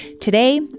Today